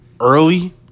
early